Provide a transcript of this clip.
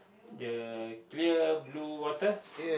the clear blue water